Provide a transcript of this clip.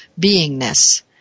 beingness